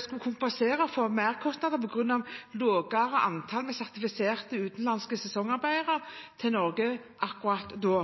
skulle kompensere for merkostnader på grunn av et lavere antall sertifiserte, utenlandske sesongarbeidere til Norge akkurat da.